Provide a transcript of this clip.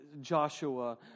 Joshua